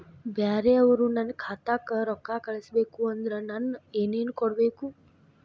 ಬ್ಯಾರೆ ಅವರು ನನ್ನ ಖಾತಾಕ್ಕ ರೊಕ್ಕಾ ಕಳಿಸಬೇಕು ಅಂದ್ರ ನನ್ನ ಏನೇನು ಕೊಡಬೇಕು?